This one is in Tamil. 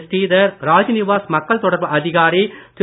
ஸ்ரீதர் ராஜ்நிவாஸ் மக்கள் தொடர்பு அதிகாரி திரு